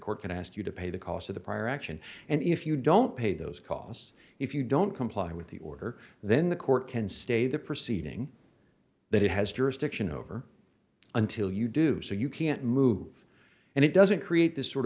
court can ask you to pay the cost of the prior action and if you don't pay those costs if you don't comply with the order then the court can stay the proceeding that it has jurisdiction over until you do so you can't move and it doesn't create the sort